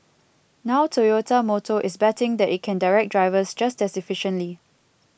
now Toyota Motor is betting that it can direct drivers just as efficiently